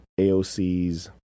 AOC's